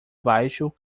baixo